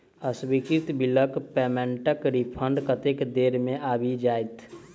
अस्वीकृत बिलक पेमेन्टक रिफन्ड कतेक देर मे आबि जाइत?